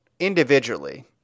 Individually